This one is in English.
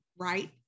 right